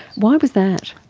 why was that?